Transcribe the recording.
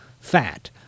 fat